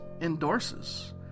endorses